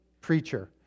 preacher